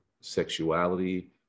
sexuality